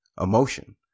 emotion